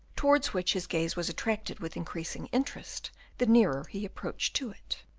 towards which his gaze was attracted with increasing interest the nearer he approached to it.